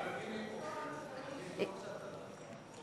פה.